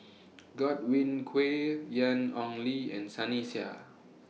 Godwin Koay Ian Ong Li and Sunny Sia